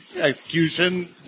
execution